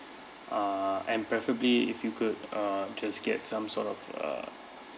uh and preferably if you could uh just get some sort of a